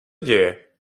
děje